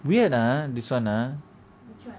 weird ah this [one] ah